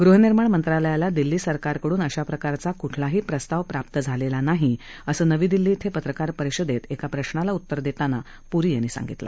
गृहनिर्माण मंत्रालयाला दिल्ली सरकारकडून अशा प्रकारचा क्ठलाही प्रस्ताव प्राप्त झालेला नाही असं नवी दिल्ली इथं पत्रकार परिषदेत एका प्रश्नाला उत्तर देताना प्री यांनी सांगितलं